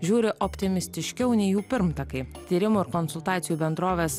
žiūri optimistiškiau nei jų pirmtakai tyrimų ir konsultacijų bendrovės